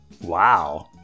Wow